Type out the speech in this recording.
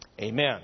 Amen